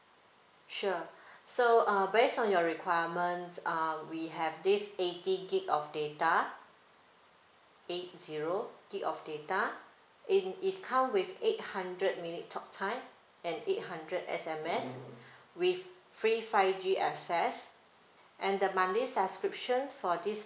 sure so uh based on your requirements um we have this eighty git of data eight zero git of data in it come with eight hundred minute talk time and eight hundred S_M_S with free five G access and the monthly subscription for this